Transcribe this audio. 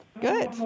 good